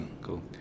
cool